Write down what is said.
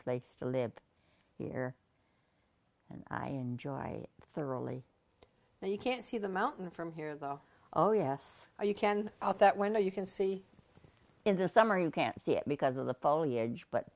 place to live here and i enjoy i thoroughly and you can't see the mountain from here though oh yes you can out that window you can see in the summer you can't see it because of the foliage but